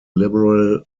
liberal